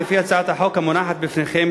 לפי הצעת החוק המונחת בפניכם,